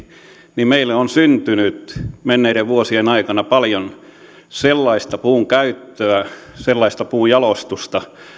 niin meille on syntynyt menneiden vuosien aikana paljon sellaista puun käyttöä sellaista puun jalostusta